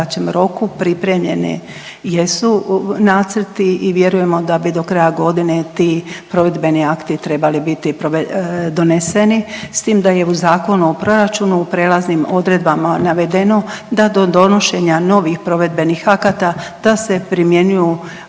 pripremljene jesu nacrti i vjerujemo da bi do kraja godine ti provedbeni akti trebali biti doneseni s tim da je u Zakonu o proračunu u prijelaznim odredbama navedeno da do donošenja novih provedbenih akata da se primjenjuju